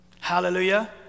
Hallelujah